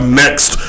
next